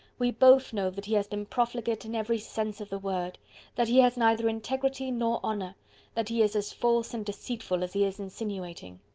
we both know that he has been profligate in every sense of the word that he has neither integrity nor honour that he is as false and deceitful as he is insinuating.